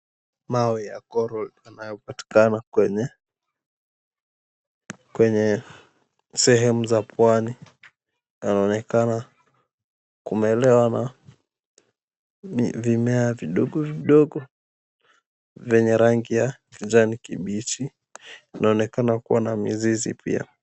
Mawe ya coral yanayopatikana kwenye sehemu za pwani yanaonekana kumelewa na vimea vidogo vidogo vyenye rangi ya kijani kibichi. Vinaonekana kuwa na mizizi pia.